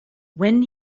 when